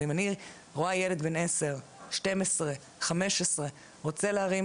אם אני רואה ילד בן 10, 12, 15, רוצה להרים